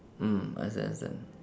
mm understand understand